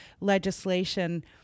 legislation